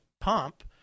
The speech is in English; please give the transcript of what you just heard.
pump